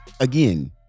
Again